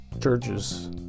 churches